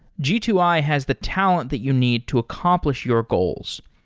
g two i has the talent that you need to accomplish your goals.